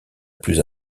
plus